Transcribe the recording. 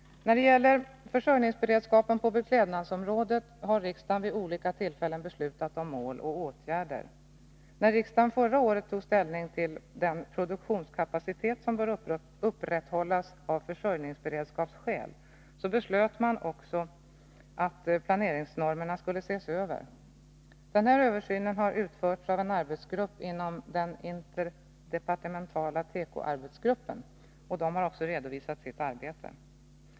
När det gäller försörjningsberedskapen på beklädnadsområdet har riks dagen vid olika tillfällen beslutat om mål och åtgärder. När riksdagen förra året tog ställning till den produktionskapacitet som bör upprätthållas av försörjningsberedskapsskäl, beslöt man också att planeringsnormerna skulle ses över. Den här översynen har utförts av en arbetsgrupp inom den interdepartementala tekoarbetsgruppen, och den har också redovisat sitt arbete.